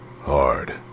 hard